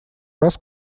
раз